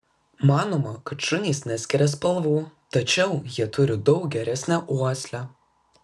manoma kad šunys neskiria spalvų tačiau jie turi daug geresnę uoslę